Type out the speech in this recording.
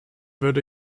würde